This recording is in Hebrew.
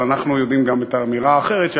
אבל אנחנו יודעים גם את האמירה האחרת,